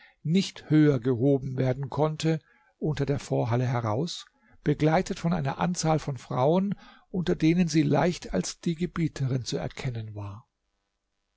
nicht höher gehoben werden konnte unter der vorhalle heraus begleitet von einer anzahl von frauen unter denen sie leicht als die gebieterin zu erkennen war